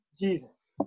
jesus